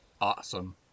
Awesome